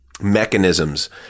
mechanisms